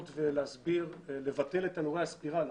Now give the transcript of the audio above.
להסביר לבטל את תנורי הספיראלה.